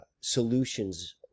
solutions